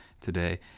today